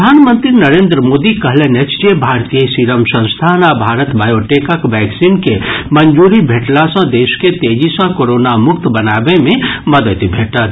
प्रधानमंत्री नरेन्द्र मोदी कहलनि अछि जे भारतीय सीरम संस्थान आ भारत बायोटेकक वैक्सीन के मंजूरी भेटला सँ देश के तेजी सँ कोरोना मुक्त बनाबए मे मददि भेटत